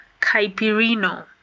caipirino